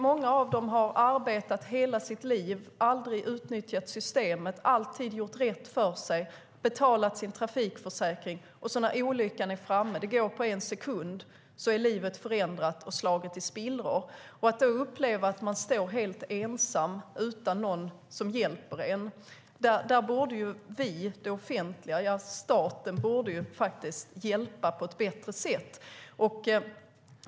Många av dem har arbetat i hela sitt liv, aldrig utnyttjat systemet, alltid gjort rätt för sig och betalat sin trafikförsäkring. Och när olyckan är framme - det går på en sekund - är livet förändrat och slaget i spillror. Många upplever då att de står helt ensamma, utan någon som hjälper dem. Då borde vi, det offentliga, staten, hjälpa på ett bättre sätt.